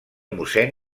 mossèn